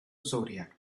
zodiac